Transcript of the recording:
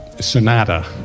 sonata